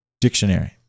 dictionary